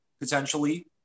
potentially